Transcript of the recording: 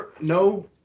no